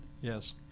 Yes